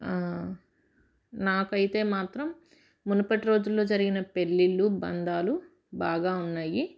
నాకు అయితే మాత్రం మునుపటి రోజుల్లో జరిగిన పెళ్ళిళ్ళు బంధాలు బాగా ఉన్నాయి